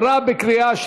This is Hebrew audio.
נתקבל.